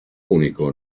unico